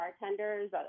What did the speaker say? bartenders